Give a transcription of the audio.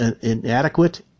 inadequate